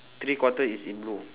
three quarter is in blue